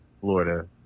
Florida